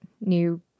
new